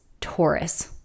Taurus